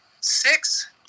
Six